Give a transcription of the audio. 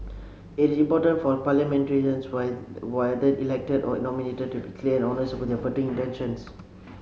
it is important for parliamentarians why whether elected or nominated to be clear and honest about their voting intentions